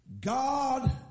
God